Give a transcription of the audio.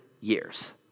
years